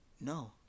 No